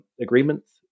agreements